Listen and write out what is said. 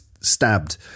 stabbed